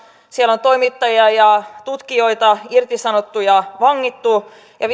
siellä on toimittajia ja tutkijoita irtisanottu ja vangittu ja